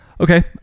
Okay